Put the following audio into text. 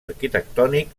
arquitectònic